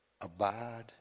Abide